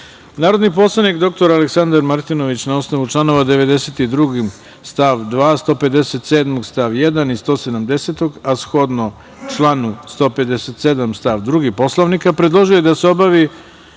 predlog. Narodni poslanik dr Aleksandar Martinović, na osnovu članova 92. stav 2, 157. stav 1. i 170, a shodno članu 157. stav 2. Poslovnika, predložio je da se obavi:1.